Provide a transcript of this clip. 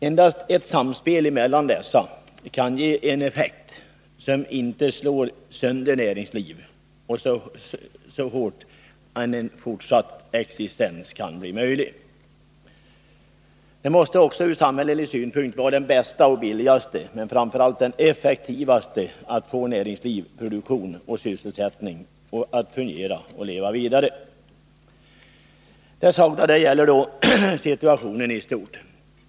Endast ett samspel mellan dessa kan ge en effekt som inte slår sönder näringslivet utan gör en fortsatt existens möjlig. Det måste också ur samhällelig synpunkt vara det bästa och billigaste men framför allt det effektivaste sättet att få näringsliv, produktion och sysselsättning att fungera och leva vidare. Det sagda gäller situationen i stort.